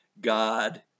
God